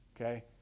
okay